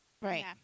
Right